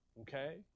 Okay